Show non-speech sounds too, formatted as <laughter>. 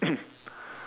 <coughs>